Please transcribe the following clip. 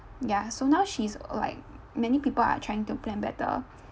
ya so now she's like many people are trying to plan better